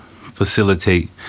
facilitate